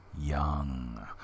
Young